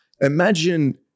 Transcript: imagine